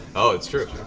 oh, that's true.